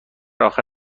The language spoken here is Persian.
آخر